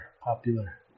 popular